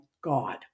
God